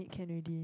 can already